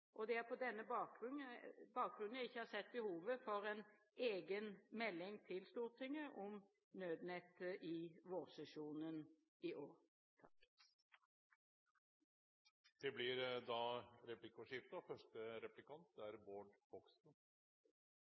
måloppnåelse. Det er på denne bakgrunn jeg ikke har sett behovet for en egen melding til Stortinget om Nødnett i vårsesjonen i år. Det blir replikkordskifte. Da